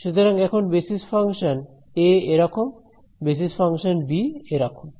সুতরাং এখন basis function এ এরকম বেসিস ফাংশন বি এরকম